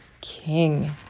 king